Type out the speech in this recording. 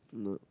no